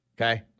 Okay